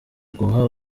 uguha